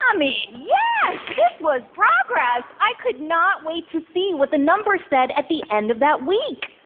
um mean, yes, this was progress. i could not wait to see what the numbers said at the end of that week.